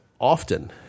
Often